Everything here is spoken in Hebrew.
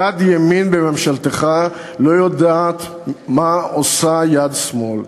יד ימין בממשלתך לא יודעת מה עושה יד שמאל.